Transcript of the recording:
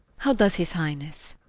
how does his highnesse?